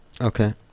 Okay